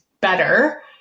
better